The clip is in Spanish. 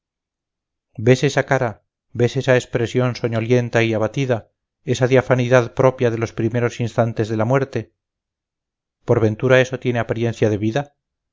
ves esa cara ves esa expresión soñolienta y abatida esa diafanidad propia de los primeros instantes de la muerte por ventura eso tiene apariencia de vida